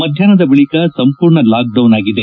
ಮಧ್ಯಾಪ್ಯದ ಬಳಿಕ ಸಂಪೂರ್ಣ ಲಾಕ್ಡೌನ್ ಆಗಿದೆ